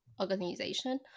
organization